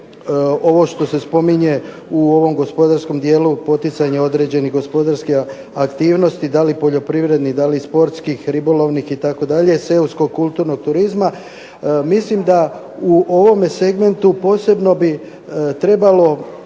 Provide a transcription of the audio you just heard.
ovo što se spominje u ovom gospodarskom dijelu poticanja određenih gospodarskih aktivnosti, da li poljoprivrednih, da li sportskih, ribolovnih itd., seoskog, kulturnog turizma. Mislim da u ovome segmentu posebno bi trebalo